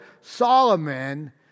Solomon